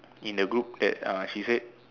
in the group that uh she said